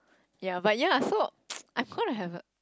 ya but ya so I could have have a